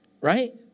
Right